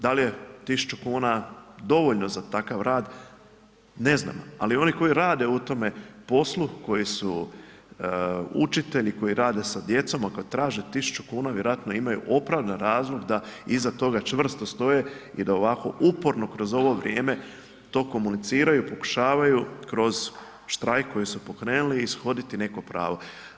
Da li je 1000 kuna dovoljno za takav rad, ne znam, ali oni koji rade u tome poslu, koji su učitelji, koji rade sa djecom a koji traže 1000 kuna, vjerojatno imaju opravdan razlog da iza toga čvrsto stoje i da ovako uporno kroz ovo vrijeme to komuniciraju i pokušavaju kroz štrajk koji su pokrenuli, ishoditi neko pravo.